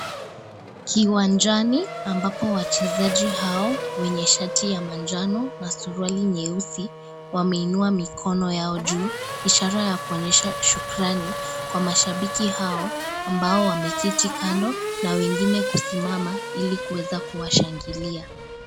Kiwanjani ambapo wachezaji hao wenye shati ya majano na suruali nyeusi, wameinua mikono yao juu ishara ya kuonyesha shukrani kwa mashabiki hao ambao wameketi kando na wengine kusimama ili kuweza kuwashangilia.